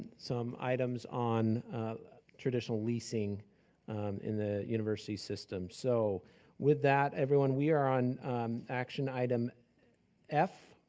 some items on traditional leasing in the university system. so with that, everyone, we're on action item f,